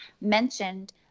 mentioned